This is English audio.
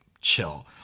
chill